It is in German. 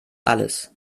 alles